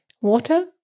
water